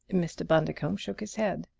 mr. bundercombe shook his head.